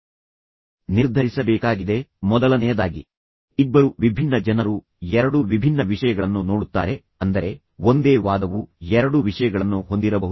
ಈಗ ನಾನು ಕಂಡುಹಿಡಿಯಲು ಬಯಸುವ ಎರಡನೆಯ ವಿಷಯವೆಂದರೆ ನಾವು ನೋಡುವ ವಿಷಯ ಇಬ್ಬರು ವಿಭಿನ್ನ ಜನರು ಎರಡು ವಿಭಿನ್ನ ವಿಷಯಗಳನ್ನು ನೋಡುತ್ತಾರೆ ಅಂದರೆ ಒಂದೇ ವಾದವು ಎರಡು ವಿಷಯಗಳನ್ನು ಹೊಂದಿರಬಹುದು